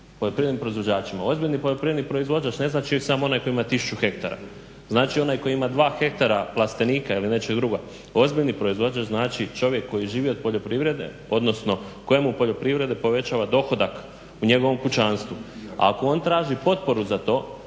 poljoprivrednim proizvođačima, ozbiljni poljoprivredni proizvođač ne znači samo onaj koji ima tisuću hektara, znači onaj koji ima 2 hektara plastenika ili nečeg drugog, ozbiljni proizvođač znači čovjek koji živi od poljoprivrede odnosno kojemu poljoprivreda povećava dohodak u njegovom kućanstvu. A ako on traži potporu za to,